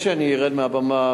לפני שאני ארד מהבמה,